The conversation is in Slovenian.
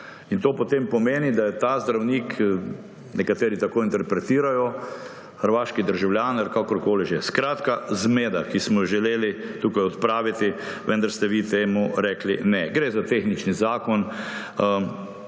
in to potem pomeni, da je ta zdravnik, nekateri tako interpretirajo, hrvaški državljan, ali kakorkoli že. Skratka zmeda, ki smo jo želeli tukaj odpraviti, vendar ste vi temu rekli ne. Gre za tehnični zakon,